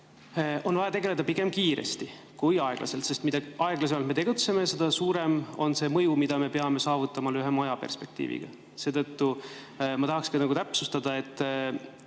on vaja tegeleda pigem kiiresti kui aeglaselt, sest mida aeglasemalt me tegutseme, seda suurem on see mõju, mida me peame saavutama lühema ajaperspektiiviga. Seetõttu ma tahaksingi täpsustada: